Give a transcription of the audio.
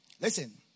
Listen